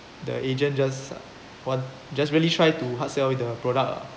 the agent just want just really try to hard sell the product ah